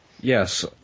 yes